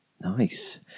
Nice